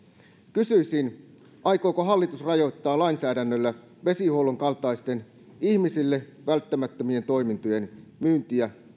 kysyisin aikooko hallitus rajoittaa lainsäädännöllä vesihuollon kaltaisten ihmisille välttämättömien toimintojen myyntiä